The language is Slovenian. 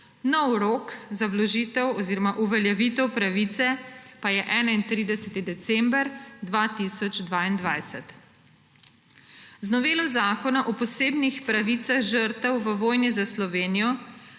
Novi rok za uveljavitev pravice pa je 31. december 2022. Z novelo Zakona o posebnih pravicah žrtev v vojni za Slovenijo